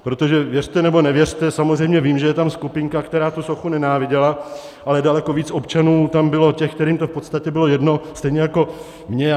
Protože věřte, nebo nevěřte samozřejmě vím, že je tam skupinka, která tuto sochu nenáviděla, ale daleko více občanů tam bylo těch, kterým to v podstatě bylo jedno, stejně jako mně.